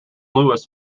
louis